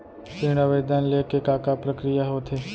ऋण आवेदन ले के का का प्रक्रिया ह होथे?